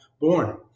born